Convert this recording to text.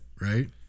right